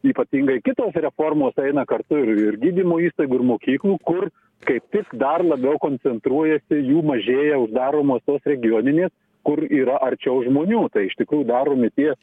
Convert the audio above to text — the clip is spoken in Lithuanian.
ypatingai kitos reformos eina kartu ir ir gydymo įstaigų mokyklų kur kaip tik dar labiau koncentruoja jų mažėja uždaromos tos regioninės kur yra arčiau žmonių tai iš tikrųjų daromi tie